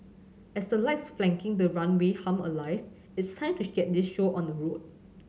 as the lights flanking the runway hum alive it's time to get this show on the road